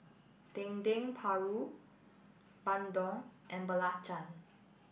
Dendeng Paru Bandung and Belacan